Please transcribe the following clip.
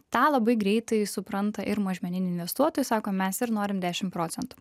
tą labai greitai supranta ir mažmeniniai investuotojai sako mes ir norim dešimt procentų